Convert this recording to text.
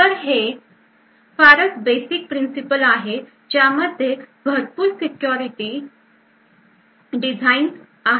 तर हे फारच बेसिक प्रिन्सिपल आहे ज्यामध्ये भरपूर Security designs आहेत